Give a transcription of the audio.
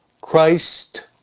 Christ